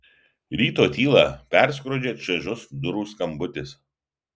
ryto tylą perskrodžia čaižus durų skambutis